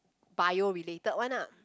bio related one ah